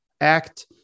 act